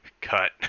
cut